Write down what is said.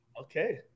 Okay